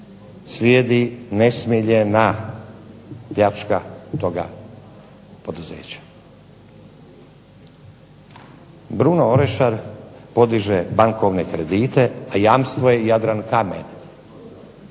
slijedi nesmiljena pljačka toga poduzeća. Bruno Orešar podiže bankovne kredite, a jamstvo je Jadrankamen,